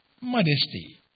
modesty